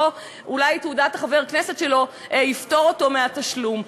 או שאולי תעודת חבר הכנסת שלו תפטור אותו מהתשלום.